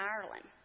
Ireland